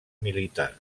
militar